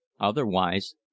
otherwise